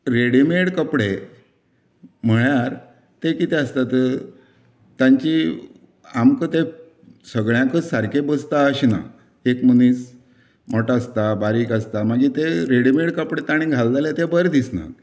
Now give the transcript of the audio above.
readymade कपडे म्हळ्यार तें कितें आसतात तांची आमकां ते सगळ्यांकच सारके बसतात अशें ना एक मनीस मोठो आसता बारीक आसता मागीर तें रेडिमेड कपडे तांणी घाले जाल्यार तें बरें दिसना